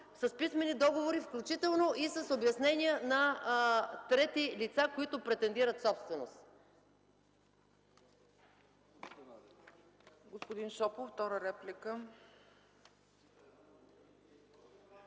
с писмени договори, включително и с обяснения на трети лица, които претендират собственост.